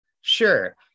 Sure